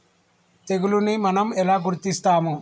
తెగులుని మనం ఎలా గుర్తిస్తాము?